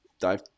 dive